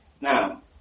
Now